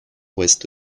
ouest